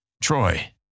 Troy